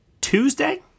Tuesday